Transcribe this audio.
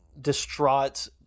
distraught